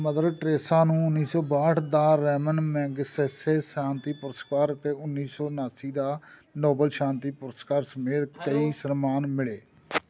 mother Teresa ਨੂੰ ਉੱਨੀ ਸੌ ਬਾਹਠ ਦਾ ਰੈਮਨ ਮੈਗਸੇਸੇ ਸ਼ਾਂਤੀ ਪੁਰਸਕਾਰ ਅਤੇ ਉੱਨੀ ਸੌ ਉਨਾਸੀ ਦਾ ਨੋਬਲ ਸ਼ਾਂਤੀ ਪੁਰਸਕਾਰ ਸਮੇਤ ਕਈ ਸਨਮਾਨ ਮਿਲੇ